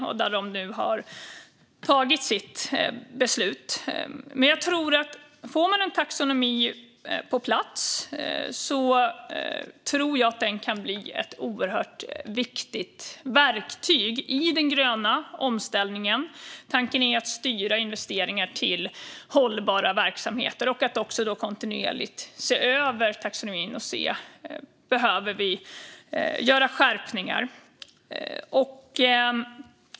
Men de har nu tagit sitt beslut. Men om man får en taxonomi på plats tror jag att den kan bli ett oerhört viktigt verktyg i den gröna omställningen. Tanken är att styra investeringar till hållbara verksamheter och att kontinuerligt se över taxonomin och se om vi behöver göra skärpningar.